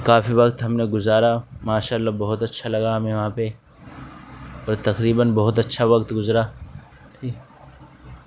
کافی وقت ہم نے گزارا ماشاء اللہ بہت اچھا لگا ہمیں وہاں پہ اور تقریباً بہت اچھا وقت گزرا